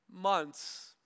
months